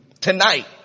tonight